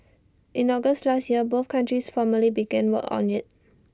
in August last year both countries formally began work on IT